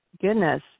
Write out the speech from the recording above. goodness